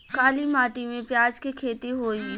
काली माटी में प्याज के खेती होई?